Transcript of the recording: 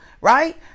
right